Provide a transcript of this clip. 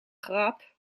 grap